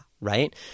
right